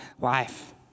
life